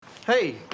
Hey